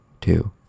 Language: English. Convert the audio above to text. two